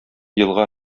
елга